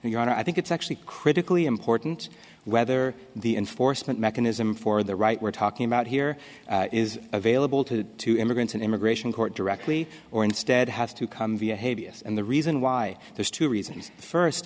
honor i think it's actually critically important whether the enforcement mechanism for the right we're talking about here is available to immigrants in immigration court directly or instead has to come via hey b s and the reason why there's two reasons first